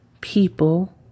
people